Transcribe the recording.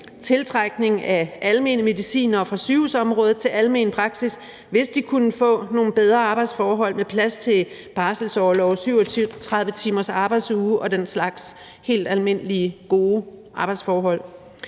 tiltrækning af almene medicinere fra sygehusområdet til almen praksis, hvis de kunne få nogle bedre arbejdsforhold med plads til barselsorlov og 37-timers arbejdsuge og den slags helt almindelige, gode arbejdsforhold;